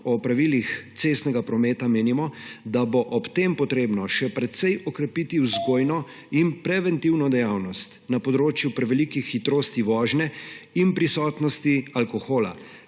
o pravilih cestnega prometa menimo, da bo ob tem potrebno še precej okrepiti vzgojno in preventivno dejavnost na področju prevelikih hitrosti vožnje in prisotnosti alkohola